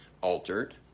altered